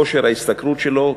כושר ההשתכרות שלו,